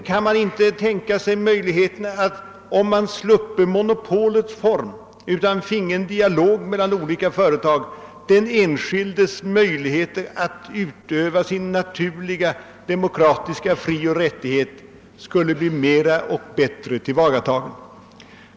Kan man inte tänka sig möjligheten att om man sluppe monopolet och finge en dialog mellan olika företag skulle den enskildes möjligheter att utöva sin naturliga demokratiska frioch rättighet bli mera och bättre tillvaratagna?